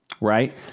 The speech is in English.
right